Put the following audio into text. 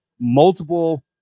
Multiple